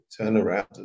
turnaround